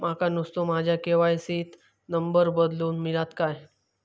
माका नुस्तो माझ्या के.वाय.सी त नंबर बदलून मिलात काय?